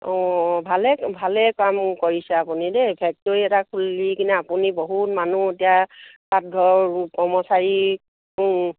অঁ ভালে ভালেই কাম কৰিছে আপুনি দেই ফেক্টৰী এটা খুলি কিনে আপুনি বহুত মানুহ এতিয়া পাতঘৰ কৰ্মচাৰী